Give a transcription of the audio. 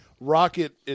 Rocket